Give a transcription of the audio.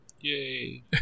Yay